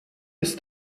ist